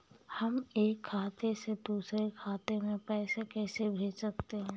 हम एक खाते से दूसरे खाते में पैसे कैसे भेज सकते हैं?